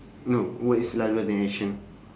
no word is louder than action